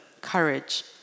courage